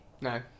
No